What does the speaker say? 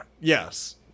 yes